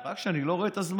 רק שנייה, אני לא רואה את הזמן.